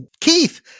Keith